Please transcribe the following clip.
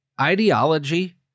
ideology